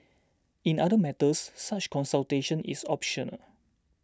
in other matters such consultation is optional